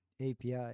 API